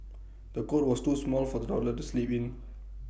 the cot was too small for the toddler to sleep in